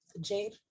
Jade